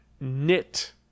knit